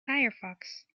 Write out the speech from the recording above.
firefox